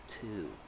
two